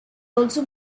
also